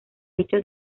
hecho